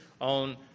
on